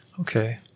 Okay